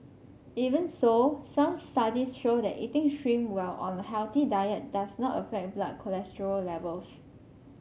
even so some studies show that eating shrimp while on a healthy diet does not affect blood cholesterol levels